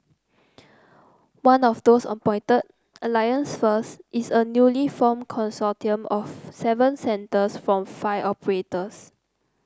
one of those appointed Alliance First is a newly formed consortium of seven centres from five operators